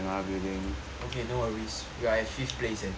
okay no worries we are at fifth place eh